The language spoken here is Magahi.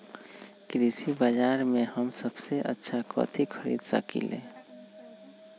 कृषि बाजर में हम सबसे अच्छा कथि खरीद सकींले?